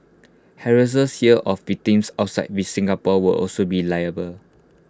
harassers here of victims outside we Singapore will also be liable